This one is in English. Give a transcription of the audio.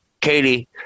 Katie